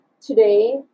today